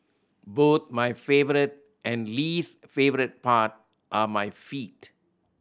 both my favourite and least favourite part are my feet